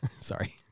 Sorry